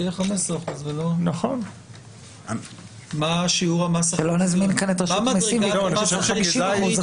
שיהיה 15%. שלא נזמין את רשות המסים, והם יבקשו